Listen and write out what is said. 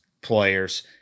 players